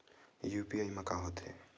UPI मा का होथे?